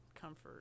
comfort